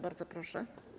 Bardzo proszę.